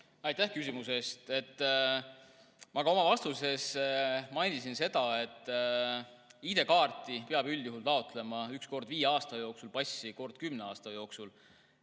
Aitäh küsimuse eest! Ma ka oma vastuses mainisin, et ID‑kaarti peab üldjuhul taotlema üks kord viie aasta jooksul, passi kord kümne aasta jooksul